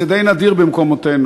זה די נדיר במקומותינו,